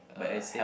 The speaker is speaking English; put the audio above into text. but that's same